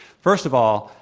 first of all,